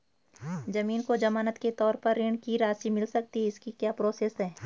ज़मीन को ज़मानत के तौर पर ऋण की राशि मिल सकती है इसकी क्या प्रोसेस है?